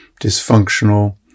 dysfunctional